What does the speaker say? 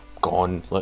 gone